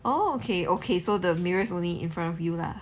oh okay okay so the mirror's only in front of you lah